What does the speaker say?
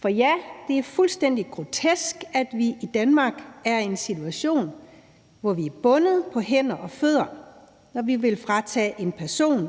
For det er fuldstændig grotesk, at vi i Danmark er i en situation, hvor vi er bundet på hænder og fødder, når vi vil fratage en person,